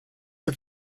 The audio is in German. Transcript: der